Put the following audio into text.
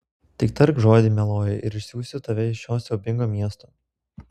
tik tark žodį mieloji ir išsiųsiu tave iš šio siaubingo miesto